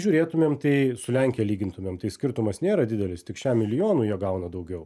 žiūrėtumėm tai su lenkija lygintumėm tai skirtumas nėra didelis tik šem milijonų jie gauna daugiau